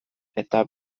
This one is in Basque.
eta